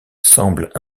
semblent